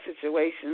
situations